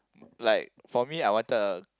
like for me I wanted a